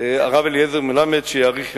הרב אליעזר מלמד, שיאריך ימים,